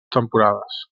temporades